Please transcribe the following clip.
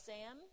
Sam